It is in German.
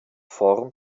form